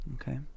Okay